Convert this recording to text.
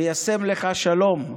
'וישם לך שלום'.